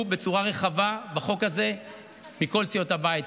בצורה רחבה בחוק הזה מכל סיעות הבית,